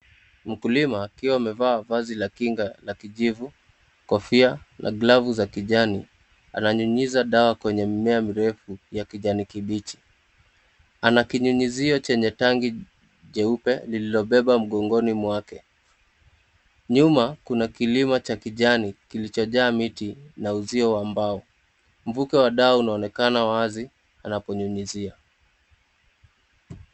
Mkulima akiwa amevaa vazi la kinga la kijivu kofia la kijani, ananyunyiza dawa kwenye mimea mirefu, ya kijani kibichi. Ana kinyunyizio chenye tangi nyeupe alilobeba mgongoni mwake, nyuma kuna kilima cha kijani klicho jaa miti na uzio wa mbao, mvuke wa daa unaonekana wazi anaponyunyizia.